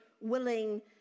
willing